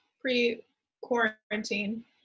pre-quarantine